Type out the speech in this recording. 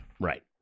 right